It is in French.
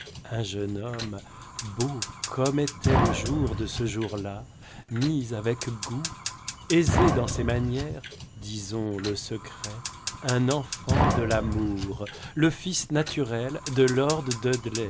un jeune homme beau comme était le jour de ce jour-là mis avec goût aisé dans ses manières disons le secret un enfant de l'amour le fils naturel de lord